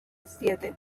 siete